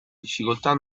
difficoltà